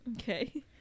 Okay